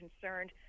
Concerned